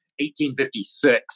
1856